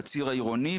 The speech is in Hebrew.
בציר העירוני,